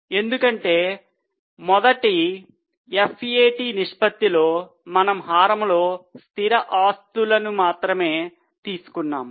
ఎందుకంటే మొదటి FAT నిష్పత్తి లో మనం హారంలో స్థిర ఆస్తులను మాత్రమే తీసుకున్నాము